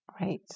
Right